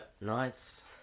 nice